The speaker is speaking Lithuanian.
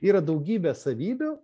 yra daugybė savybių